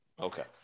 Okay